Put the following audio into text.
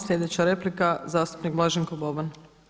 Sljedeća replika zastupnik Blaženko Boban.